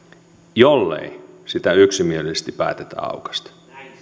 jollei sitä yksimielisesti päätetä aukaista